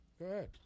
Good